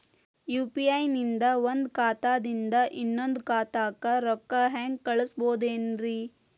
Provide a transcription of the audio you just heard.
UPI ನಿಂದ ಒಂದ್ ಖಾತಾದಿಂದ ಇನ್ನೊಂದು ಖಾತಾಕ್ಕ ರೊಕ್ಕ ಹೆಂಗ್ ಕಳಸ್ಬೋದೇನ್ರಿ?